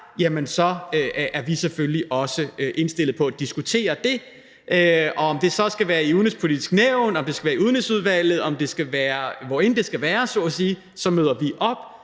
ej, er vi selvfølgelig også indstillet på at diskutere det. Og om det så skal være i Det Udenrigspolitiske Nævn, om det skal være i Udenrigsudvalget, eller hvorend det så at sige skal være, møder vi op